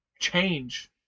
change